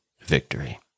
victory